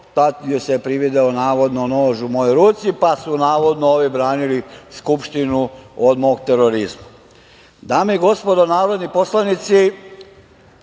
pa joj se privideo navodno nož u mojoj ruci, pa, su navodno, ovi branili Skupštinu od mog terorizma. Dame i gospodo narodni poslanici,